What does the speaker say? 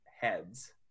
heads